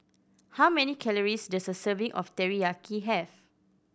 how many calories does a serving of Teriyaki have